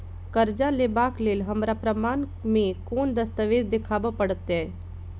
करजा लेबाक लेल हमरा प्रमाण मेँ कोन दस्तावेज देखाबऽ पड़तै?